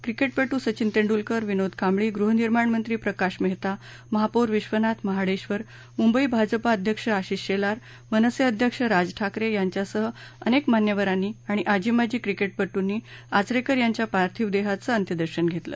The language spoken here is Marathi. क्रिकेटपटू सचिन तेंडूलकर विनोद कांबळी गृहनिर्माण मंत्री प्रकाश मेहता महापौर विश्वनाथ महाडेश्वर मुंबई भाजपा अध्यक्ष आशिष शेलार मनसे अध्यक्ष राज ठाकरे यांच्यासह अनेक मान्यवरांनी आणि आजीमाजी क्रिकेटपटूंनी आचरेकर यांच्या पार्थिक देहाचं अंत्यदर्शन घेतलं